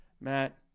matt